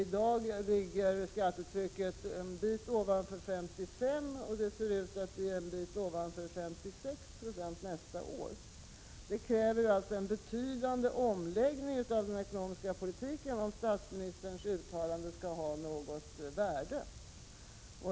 I dag är skattetrycket en bit över 55 96, och det ser ut att bli en bit ovanför 56 960 nästa år. Det krävs alltså en betydande omläggning av den ekonomiska politiken om statsministerns uttalande skall ha något värde.